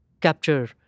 capture